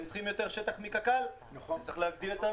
צריכים יותר שטח מקק"ל כי זה שטח יותר גדול.